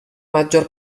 maggior